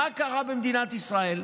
מה קרה במדינת ישראל?